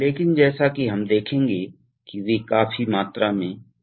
keywords compressor दबाव regulator lubrication accumulator duty चक्र नियंत्रण फिल्टर रिजर्वायर